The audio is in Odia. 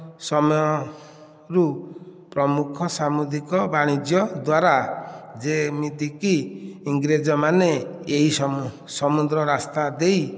ସମୟରୁ ପ୍ରମୁଖ ସାମୁଦ୍ରିକ ବାଣିଜ୍ୟ ଦ୍ବାରା ଯେମିତିକି ଇଂରେଜମାନେ ଏହି ସମୁଦ୍ର ରାସ୍ତା ଦେଇ